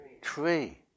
tree